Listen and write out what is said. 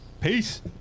peace